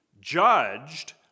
judged